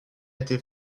été